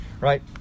right